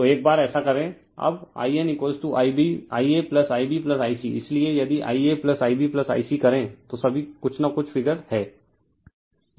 तो एक बार ऐसा करें अब I n IaIbIc इसलिए यदि IaIbIc करे तो सभी कुछ न कुछ फिगर हैं